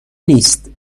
نیست